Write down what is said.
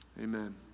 Amen